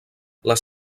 les